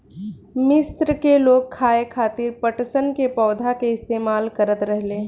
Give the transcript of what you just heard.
मिस्र के लोग खाये खातिर पटसन के पौधा के इस्तेमाल करत रहले